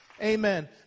Amen